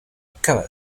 acaba